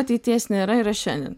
ateities nėra yra šiandien